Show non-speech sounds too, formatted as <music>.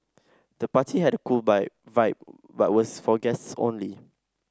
the party had a cool <unintelligible> vibe but was for guests only